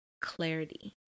clarity